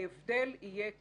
ההבדל יהיה כך: